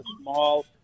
small